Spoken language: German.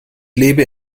lebe